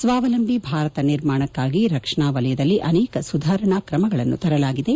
ಸ್ಥಾವಲಂಬಿ ಭಾರತ ನಿರ್ಮಾಣಕ್ಕಾಗಿ ರಕ್ಷಣಾ ವಲಯದಲ್ಲಿ ಅನೇಕ ಸುಧಾರಣಾ ಕ್ರಮಗಳನ್ನು ತರಲಾಗಿದೆ